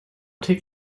take